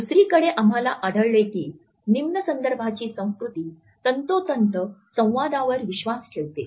दुसरीकडे आम्हाला आढळले की निम्न संदर्भाची संस्कृती तंतोतंत संवादावर विश्वास ठेवते